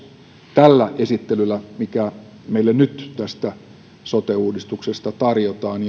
tällä esittelyllä mikä meille nyt tästä sote uudistuksesta tarjotaan